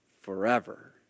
forever